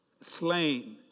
slain